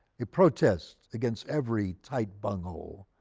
they protest against every tight bung hole,